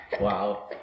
Wow